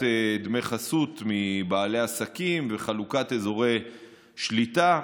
דמי חסות מבעלי עסקים וחלוקת אזורי שליטה.